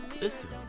listen